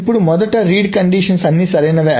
ఇప్పుడు మొదట read conditions అన్ని సరైనవి